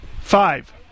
Five